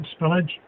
spillage